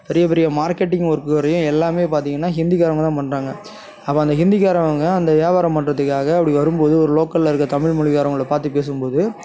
பெரிய பெரிய marketing work வரையும் எல்லாமே பார்த்திங்கன்னா ஹிந்திகாரங்க தான் பண்றாங்க அப்போ அந்த ஹிந்திகாரங்க அந்த வியாபாரம் பண்றத்துக்காக அப்படி வரும்போது ஒரு லோக்கலில் இருக்கிற தமிழ் மொழிகாரங்கள பார்த்து பேசும்போது